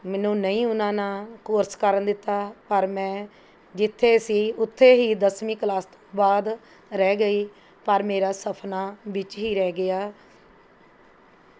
ਮੈਨੂੰ ਨਹੀਂ ਉਨ੍ਹਾਂ ਨਾ ਕੋਰਸ ਕਰਨ ਦਿੱਤਾ ਪਰ ਮੈਂ ਜਿੱਥੇ ਸੀ ਉੱਥੇ ਹੀ ਦਸਵੀਂ ਕਲਾਸ ਤੋਂ ਬਾਅਦ ਰਹਿ ਗਈ ਪਰ ਮੇਰਾ ਸੁਫਨਾ ਵਿੱਚ ਹੀ ਰਹਿ ਗਿਆ